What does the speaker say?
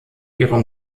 ihre